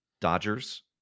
Dodgers